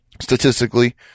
statistically